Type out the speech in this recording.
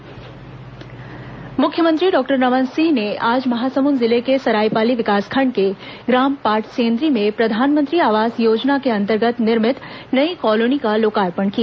मुख्यमंत्री महासमुंद कवर्धा मुख्यमंत्री डॉक्टर रमन सिंह ने आज महासमुद जिले के सरायपाली विकासखण्ड के ग्राम पाटसेन्द्री में प्रधानमंत्री आवास योजना के अंतर्गत निर्मित नई कॉलोनी का लोकार्पण किया